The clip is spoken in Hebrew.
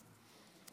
חבריי חברי הכנסת,